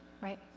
right